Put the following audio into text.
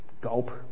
Gulp